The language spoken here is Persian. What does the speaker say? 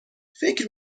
فکر